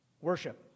Worship